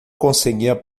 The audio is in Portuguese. conseguia